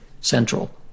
central